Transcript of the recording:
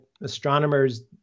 astronomers